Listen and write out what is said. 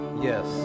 yes